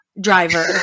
driver